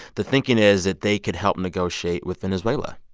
the thinking is that they could help negotiate with venezuela,